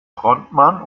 frontmann